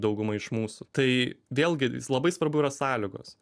dauguma iš mūsų tai vėlgi labai svarbu yra sąlygos